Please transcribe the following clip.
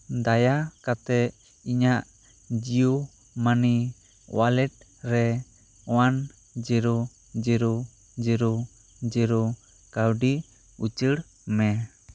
ᱫᱟᱭᱟ ᱠᱟᱛᱮᱫ ᱤᱧᱟᱜ ᱡᱤᱭᱳ ᱢᱟᱱᱤ ᱳᱣᱟᱞᱮᱴ ᱨᱮ one zero zero zero zero ᱠᱟᱣᱰᱤ ᱩᱪᱟᱹᱲ ᱢᱮ